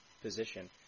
position